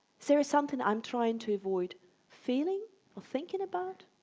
is there is something i'm trying to avoid feeling or thinking about?